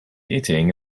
eating